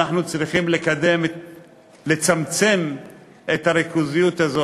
אנחנו צריכים לצמצם את הריכוזיות הזו,